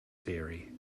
theory